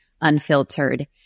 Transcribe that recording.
unfiltered